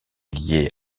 lié